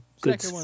good